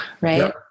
right